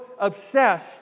obsessed